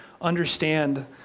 understand